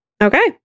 Okay